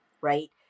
right